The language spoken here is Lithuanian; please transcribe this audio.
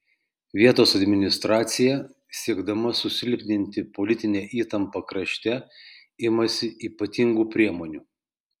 vietos administracija siekdama susilpninti politinę įtampą krašte imasi ypatingų priemonių